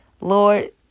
Lord